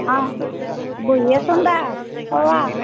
অঁ বহি আছোন দা কোৱা